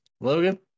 Logan